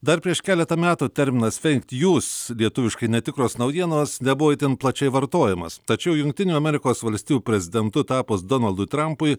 dar prieš keletą metų terminas feik njus lietuviškai netikros naujienos nebuvo itin plačiai vartojamas tačiau jungtinių amerikos valstijų prezidentu tapus donaldui trampui